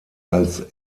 als